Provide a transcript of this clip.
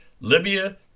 Libya